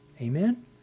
Amen